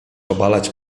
obalać